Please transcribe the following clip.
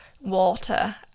water